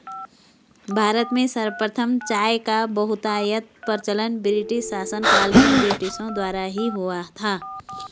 भारत में सर्वप्रथम चाय का बहुतायत प्रचलन ब्रिटिश शासनकाल में ब्रिटिशों द्वारा ही हुआ था